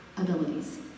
abilities